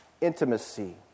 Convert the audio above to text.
Intimacy